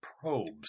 probes